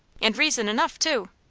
and reason enough, too!